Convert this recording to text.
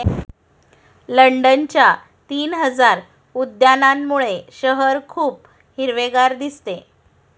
लंडनच्या तीन हजार उद्यानांमुळे शहर खूप हिरवेगार दिसते